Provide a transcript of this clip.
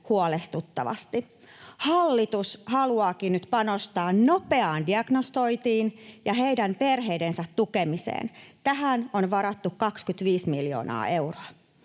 huolestuttavasti. Hallitus haluaakin nyt panostaa nopeaan diagnosointiin ja heidän perheidensä tukemiseen. Tähän on varattu 25 miljoonaa euroa.